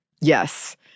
Yes